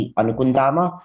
anukundama